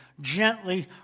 gently